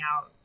out